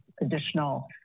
additional